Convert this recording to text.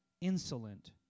insolent